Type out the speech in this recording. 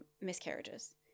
miscarriages